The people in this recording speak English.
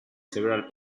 several